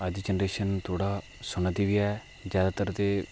अज जनरेशन थोह्ड़ा सुना दी बी ऐ ज्यादातर ते